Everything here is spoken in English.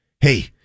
Hey